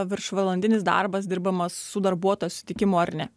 viršvalandinis darbas dirbamas su darbuotojo susitikimo ar ne